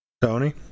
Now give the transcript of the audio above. Tony